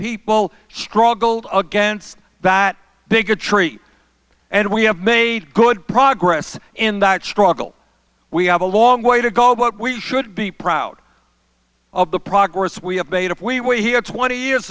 people struggled against that bigotry and we have made good progress in that struggle we have a long way to go but we should be proud of the progress we have been here twenty years